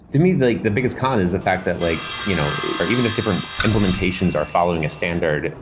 to me, the the biggest con is the fact that like you know or even if different implementations are following a standard,